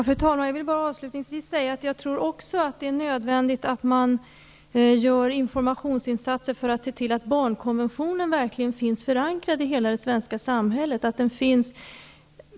Fru talman! Avslutningsvis vill jag bara säga att jag också tror att det är nödvändigt att man gör informationsinsatser för att se till att barnkonventionen verkligen finns förankrad i hela det svenska samhället.